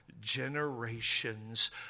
generations